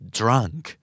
drunk